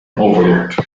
overlooked